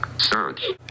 Search